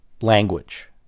language